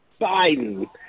Biden